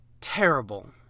terrible